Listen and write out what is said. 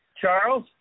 Charles